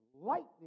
lightning